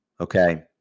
okay